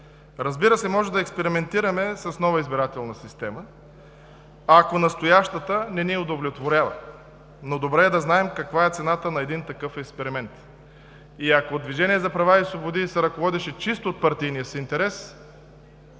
Разбира се, можем да експериментираме с нова избирателна система, ако настоящата не ни удовлетворява, но е добре да знаем каква е цената на един такъв експеримент. Ако Движение за права и свободи се ръководеше от чисто партийния си интерес,